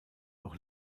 auch